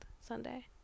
sunday